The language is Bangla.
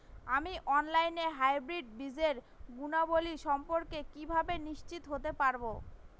আমি অনলাইনে হাইব্রিড বীজের গুণাবলী সম্পর্কে কিভাবে নিশ্চিত হতে পারব?